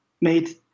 made